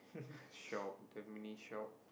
shop the mini shop